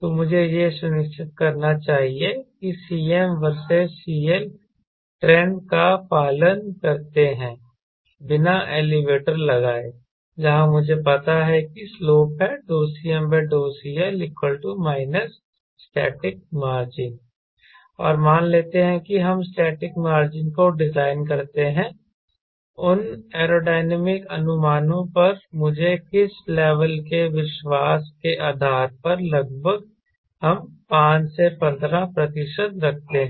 तो मुझे यह सुनिश्चित करना चाहिए कि Cm वर्सेस CL ट्रेंड का पालन करते हैं बिना एलीवेटर लगाए जहां मुझे पता है कि स्लोप है CmCL SM और मान लेते हैं कि हम स्टैटिक मार्जिन को डिजाइन करते हैं उन एयरोडायनामिक अनुमानों पर मुझे किस लेवल के विश्वास के आधार पर लगभग हम 5 से 15 प्रतिशत रखते हैं